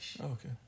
Okay